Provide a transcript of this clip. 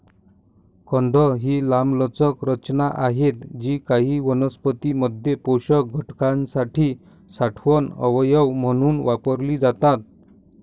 कंद ही लांबलचक रचना आहेत जी काही वनस्पतीं मध्ये पोषक घटकांसाठी साठवण अवयव म्हणून वापरली जातात